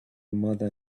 mother